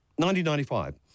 1995